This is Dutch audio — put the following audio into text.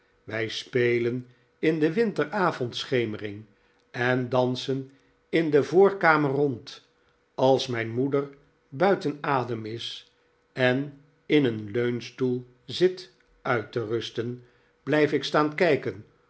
wij spelen in de winteravondschemering en dansen in de voorkamer rond als mijn moeder buiten adem is en in een leunstoel zit uit te rusten blijf ik staan kijken